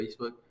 Facebook